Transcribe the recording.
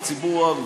לציבור הערבי.